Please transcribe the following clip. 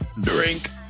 drink